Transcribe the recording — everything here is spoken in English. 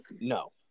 No